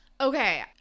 Okay